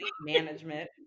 management